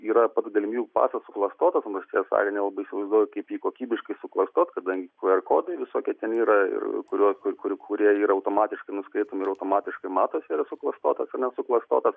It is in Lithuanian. yra pats galimybių pasas suklastotas nors tiesą sakant nelabai įsivaizduoju kaip jį kokybiškai suklastot kadangi qr kodai visokie ten yra ir kuriuos kuri kurie yra automatiškai nuskaitomi automatiškai matas yra suklastotas suklastotas